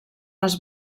les